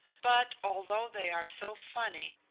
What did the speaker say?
but although they are so funny,